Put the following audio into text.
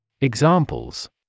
Examples